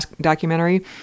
documentary